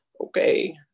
okay